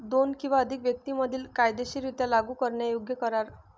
दोन किंवा अधिक व्यक्तीं मधील कायदेशीररित्या लागू करण्यायोग्य करार